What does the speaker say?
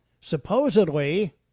supposedly